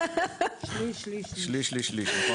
נכון.